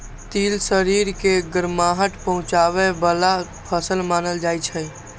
तिल शरीर के गरमाहट पहुंचाबै बला फसल मानल जाइ छै